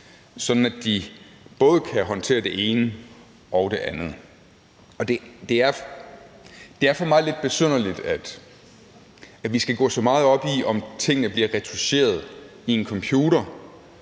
at de både kan håndtere det ene og det andet, og det er for mig at se lidt besynderligt, at vi skal gå så meget op i, om tingene bliver retoucheret i en computer,